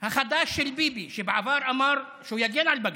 החדש של ביבי, שבעבר אמר שהוא יגן על בג"ץ,